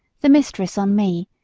the mistress on me,